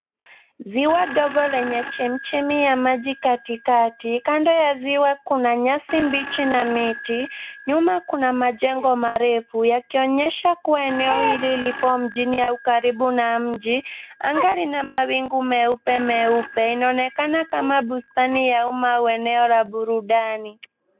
Siwa ndogo lenye chemichemi ya maji katikati, kando ya siwa kuna nyasi mbichi na miti nyuma kuna majengo marefu, yakionyesha kuwa eneo hili lipo mjini au karibu na mji. Angaa lina mawingu meupe meupe, inaonekana kama bustani ya umma au eneo la burundani.